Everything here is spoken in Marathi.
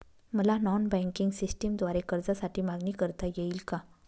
मला नॉन बँकिंग सिस्टमद्वारे कर्जासाठी मागणी करता येईल का?